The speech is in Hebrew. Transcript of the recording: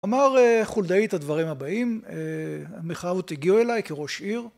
אמר חולדאי את הדברים הבאים, המחאות הגיעו אליי, כראש עיר.